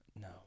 No